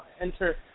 enter